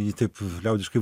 jį taip liaudiškai